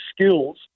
skills